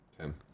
Okay